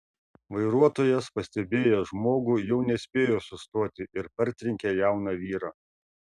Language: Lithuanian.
vairuotojas pastebėjęs žmogų jau nespėjo sustoti ir partrenkė jauną vyrą